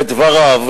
לדבריו,